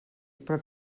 però